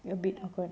a bit awkward